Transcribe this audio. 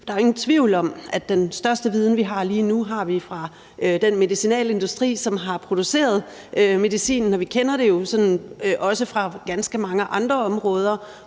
Der er jo ingen tvivl om, at den største viden, vi har lige nu, har vi fra den medicinalindustri, som har produceret medicinen. Vi kender det jo også fra ganske mange andre områder,